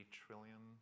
trillion